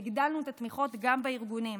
והגדלנו את התמיכות גם בארגונים.